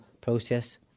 process